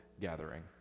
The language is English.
gathering